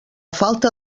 falta